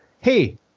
Hey